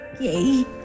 yay